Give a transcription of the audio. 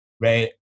Right